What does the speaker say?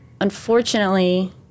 unfortunately